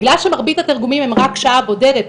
בגלל שמרבית התרגומים הם רק שעה בודדת,